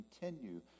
continue